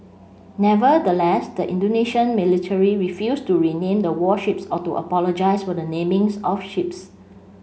nevertheless the Indonesian military refused to rename the warships or to apologise for the namings of ships